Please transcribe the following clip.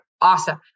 awesome